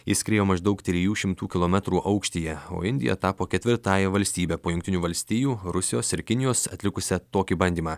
jis skriejo maždaug trijų šimtų kilometrų aukštyje o indija tapo ketvirtąja valstybe po jungtinių valstijų rusijos ir kinijos atlikusią tokį bandymą